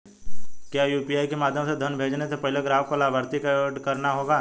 क्या यू.पी.आई के माध्यम से धन भेजने से पहले ग्राहक को लाभार्थी को एड करना होगा?